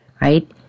Right